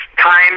time